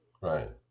right